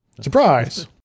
Surprise